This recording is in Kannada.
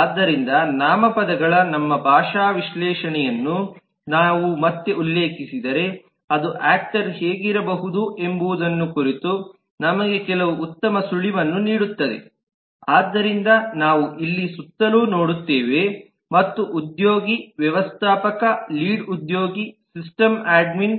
ಆದ್ದರಿಂದ ನಾಮಪದಗಳ ನಮ್ಮ ಭಾಷಾ ವಿಶ್ಲೇಷಣೆಯನ್ನು ನಾವು ಮತ್ತೆ ಉಲ್ಲೇಖಿಸಿದರೆ ಅದು ಯಾಕ್ಟರ್ ಹೇಗಿರಬಹುದು ಎಂಬುದನ್ನು ಕುರಿತು ನಮಗೆ ಕೆಲವು ಉತ್ತಮ ಸುಳಿವನ್ನು ನೀಡುತ್ತದೆ ಆದ್ದರಿಂದ ನಾವು ಇಲ್ಲಿ ಸುತ್ತಲೂ ನೋಡುತ್ತೇವೆ ಮತ್ತು ಉದ್ಯೋಗಿ ವ್ಯವಸ್ಥಾಪಕ ಲೀಡ್ ಉದ್ಯೋಗಿ ಸಿಸ್ಟಮ್ ಅಡ್ಮಿನ್